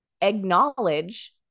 acknowledge